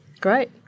Great